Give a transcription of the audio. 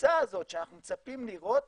והקפיצה הזאת שאנחנו מצפים לראות